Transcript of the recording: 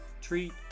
treat